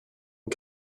and